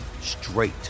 straight